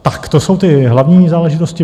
To jsou ty hlavní záležitosti.